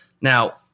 Now –